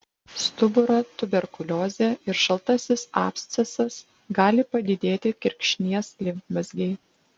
stuburo tuberkuliozė ir šaltasis abscesas gali padidėti kirkšnies limfmazgiai